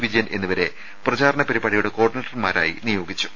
വിജയൻ എന്നിവരെ പ്രചാരണ പരിപാടിയുടെ കോർഡിനേറ്റർമാരായി നിയോഗിച്ചു